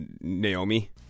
Naomi